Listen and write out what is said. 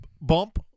bump